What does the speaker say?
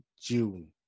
june